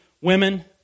women